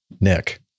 Nick